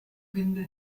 winde